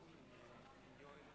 גברתי היושבת